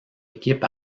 équipe